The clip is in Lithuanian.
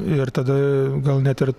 ir tada gal net ir